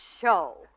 show